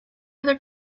other